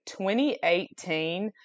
2018